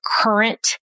current